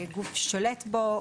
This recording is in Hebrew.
זה יכול להיות גוף שולט בו,